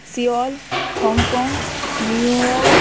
Seoul Hong Kong New York